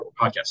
podcast